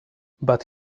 but